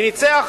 ניצח,